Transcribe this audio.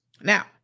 Now